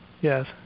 yes